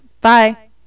Bye